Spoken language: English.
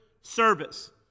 service